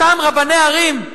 אותם רבני ערים,